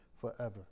forever